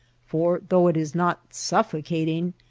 for though it is not suffocating,